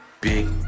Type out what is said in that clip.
big